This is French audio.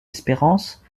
espérances